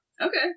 Okay